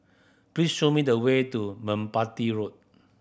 please show me the way to Merpati Road